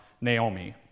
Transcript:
Naomi